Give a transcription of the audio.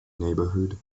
neighborhood